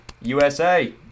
USA